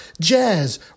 jazz